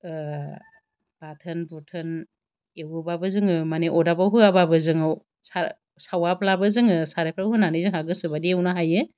बाथोन बुथोन एवोबाबो जोङो माने अरदाबाव होआबाबो जोङो सावाब्लाबो जोङो सारायफोराव होनानै जोंहा गोसो बायदि एवनो हायो